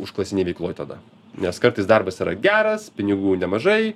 užklasinėj veikloj tada nes kartais darbas yra geras pinigų nemažai